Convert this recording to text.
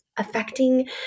Affecting